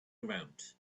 ground